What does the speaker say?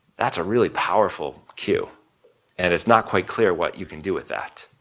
that's a really powerful cue and it's not quite clear what you can do with that.